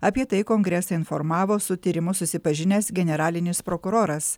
apie tai kongresą informavo su tyrimu susipažinęs generalinis prokuroras